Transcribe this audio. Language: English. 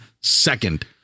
second